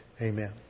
Amen